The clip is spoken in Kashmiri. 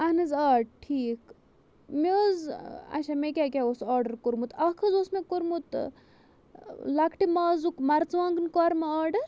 اَہَن حظ آ ٹھیٖک مےٚ حظ اَچھا مےٚ کیٛاہ کیٛاہ اوس آرڈَر کوٚرمُت اَکھ حظ اوس مےٚ کوٚرمُت لۅکٹہِ مازُک مَرژٕوانٛگَن کۄرمہٕ آرڈَر